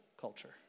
culture